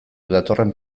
datorren